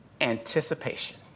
anticipation